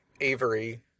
Avery